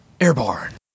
airborne